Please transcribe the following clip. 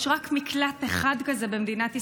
ויש רק מקלט אחד כזה במדינת ישראל,